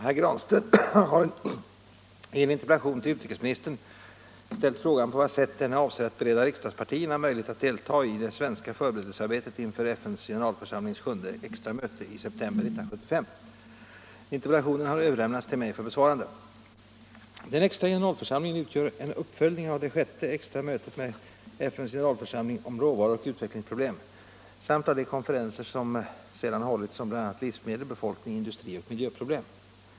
Herr talman! Herr Granstedt har i en interpellation till utrikesministern ställt frågan på vad sätt denne avser bereda riksdagspartierna möjlighet att delta i det svenska förberedelsearbetet inför FN:s generalförsamlings sjunde extra möte i september 1975. Interpellationen har överlämnats till mig för besvarande. Den extra generalförsamlingen utgör en uppföljning av det sjätte extra mötet med FN:s generalförsamling om råvaror och utvecklingsproblem samt av de konferenser som sedan hållits om bl.a. livsmedel, befolkning, industri och miljöproblem.